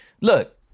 look